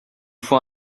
faut